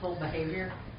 behavior